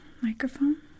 microphone